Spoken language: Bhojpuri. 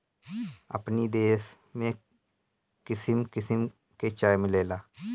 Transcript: अपनी देश में किसिम किसिम के चाय मिलेला